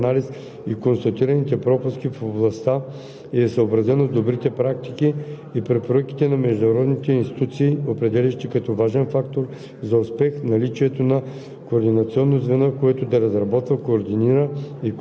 Решението на правителството за въвеждането на нов модел за управление на безопасността на движението по пътищата в Република България се базира на направения анализ и констатираните пропуски в областта и е съобразено с добрите практики